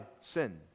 sin